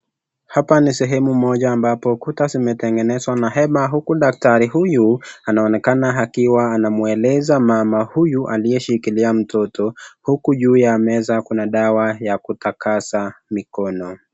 Hapa ni sehemu moja kuta zimetengenzwa na hema huku daktari huyu anaoneka akiwa anamweleza mama huyu aliye shikilia mtoto huku juu ya meza kuna dawa ya kutakaza mikono.